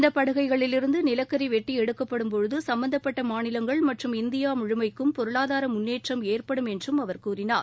இந்த படுகைகளிலிருந்து நிலக்கரி வெட்டி எடுக்கப்படும் போது சும்பந்தப்பட்ட மாநிலங்கள் மற்றும் இந்தியா முழுமைக்கும் பொருளாதார முன்னேற்றம் ஏற்படும் என்று அவர் கூறினார்